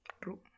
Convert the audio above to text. True